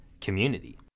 community